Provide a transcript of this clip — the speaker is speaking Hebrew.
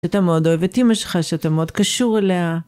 שאתה מאוד אוהב את אימא שלך, שאתה מאוד קשור אליה.